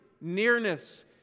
Nearness